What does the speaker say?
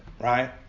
right